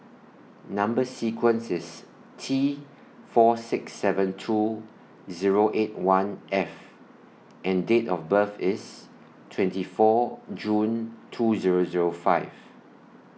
Number sequence IS T four six seven two Zero eight one F and Date of birth IS twenty four June two Zero Zero five